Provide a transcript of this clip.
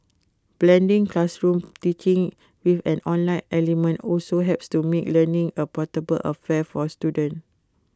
blending classroom teaching with an online element also helps to make learning A portable affair for students